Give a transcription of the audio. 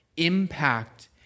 impact